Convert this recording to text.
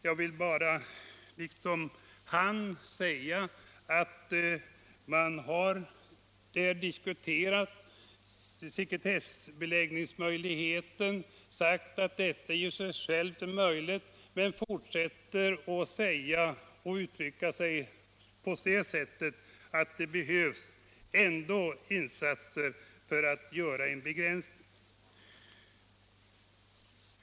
Jag vill bara, liksom han, säga att man när man där diskuterat sekretessbeläggningsmöjligheten har sagt att det i och för sig är möjligt med sekretessbeläggning; man fortsätter emellertid att uttrycka sig på det sättet att det ändå behövs insatser för att göra en begränsning.